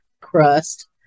crust